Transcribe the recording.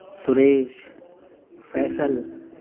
Suresh Faisal